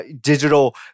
digital